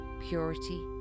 purity